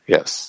Yes